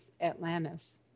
Atlantis